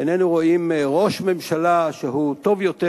איננו רואים ראש ממשלה שהוא טוב יותר,